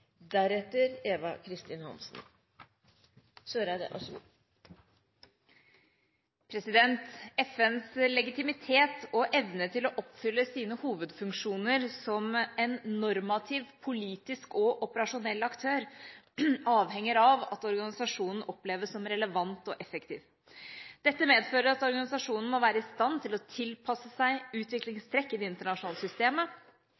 Videre vil presidenten foreslå at de som måtte tegne seg på talerlisten utover den fordelte taletid, får en taletid på inntil 3 minutter. – Det anses vedtatt. FNs legitimitet og evne til å oppfylle sine hovedfunksjoner som en normativ politisk og operasjonell aktør avhenger av at organisasjonen oppleves som relevant og effektiv. Dette medfører at organisasjonen må